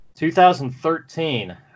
2013